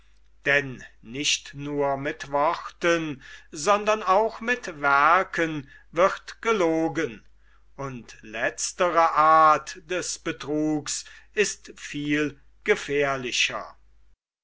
denn nicht nur mit worten sondern auch mit werken wird gelogen und letztere art des betrugs ist viel gefährlicher